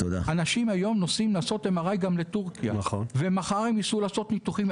אנשים נוסעים לעשות MRI גם בטורקיה ומחר הם ייסעו לעשות גם ניתוחים,